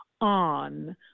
on